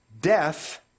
death